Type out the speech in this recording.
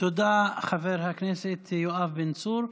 תודה, חבר הכנסת יואב בן צור.